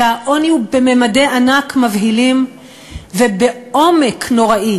שהעוני הוא בממדי ענק מבהילים ובעומק נוראי